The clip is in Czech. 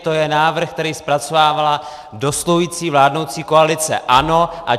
To je návrh, který zpracovávala dosluhující vládnoucí koalice ANO a ČSSD!